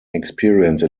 experience